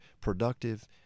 productive